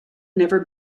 never